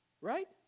right